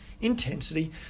intensity